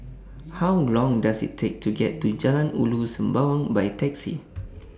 How Long Does IT Take to get to Jalan Ulu Sembawang By Taxi